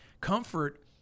comfort